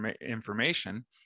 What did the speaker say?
information